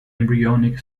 embryonic